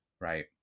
right